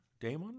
Damon